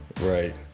Right